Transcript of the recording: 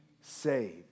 saved